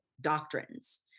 doctrines